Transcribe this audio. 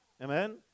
Amen